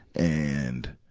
and,